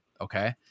okay